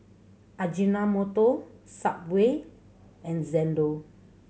Ajinomoto Subway and Xndo